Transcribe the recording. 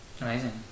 Amazing